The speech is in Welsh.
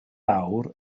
awr